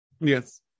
Yes